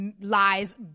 lies